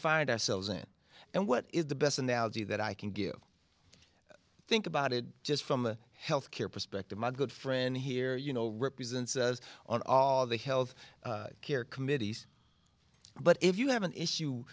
find ourselves in and what is the best analogy that i can give you think about it just from a health care perspective my good friend here you know represents on all the health care committees but if you have an issue